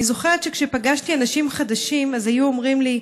אני זוכרת שכשפגשתי אנשים חדשים אז היו אומרים לי: